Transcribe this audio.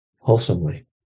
wholesomely